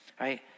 right